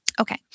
Okay